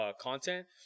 content